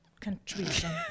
contribution